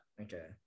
okay